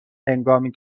هنگامی